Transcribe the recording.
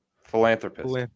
philanthropist